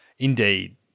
Indeed